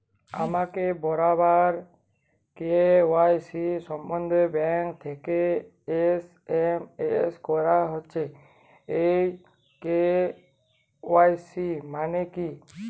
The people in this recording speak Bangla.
আমাকে বারবার কে.ওয়াই.সি সম্বন্ধে ব্যাংক থেকে এস.এম.এস করা হচ্ছে এই কে.ওয়াই.সি মানে কী?